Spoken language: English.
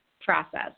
process